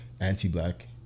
anti-black